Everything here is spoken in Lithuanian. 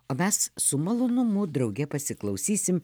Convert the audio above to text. o mes su malonumu drauge pasiklausysim